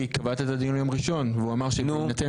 כי קבעת את הדיון ליום ראשון והוא אמר שבזמן שניתן